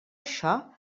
això